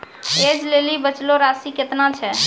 ऐज लेली बचलो राशि केतना छै?